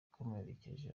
yakomerekeje